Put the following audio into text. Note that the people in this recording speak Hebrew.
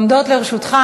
עומדות לרשותך